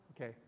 okay